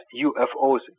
UFOs